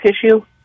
tissue